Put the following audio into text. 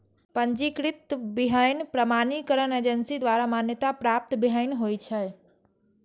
पंजीकृत बीहनि प्रमाणीकरण एजेंसी द्वारा मान्यता प्राप्त बीहनि होइ छै